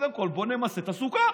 קודם כול בוא נמסה את הסוכר.